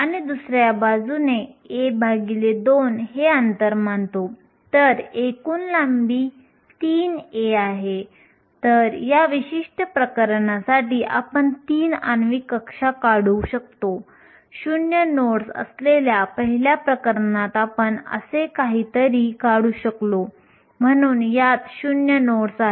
आपण अर्धसंवाहकांमध्ये इलेक्ट्रॉन संपूर्ण प्रमाणाची गणना करण्यासाठी अवस्था आणि फर्मी कार्याच्या घनतेच्या या संकल्पना वापरू आणि प्रथम आपण आंतरिक अर्धवाहकांपासून सुरुवात करू